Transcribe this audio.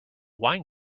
wine